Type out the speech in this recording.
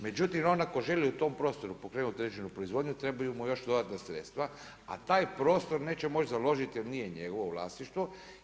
Međutim ako on želi u tom prostoru pokrenuti određenu proizvodnju trebaju mu još dodatna sredstva, a taj prostor neće moći založiti jel nije njegovo vlasništvo.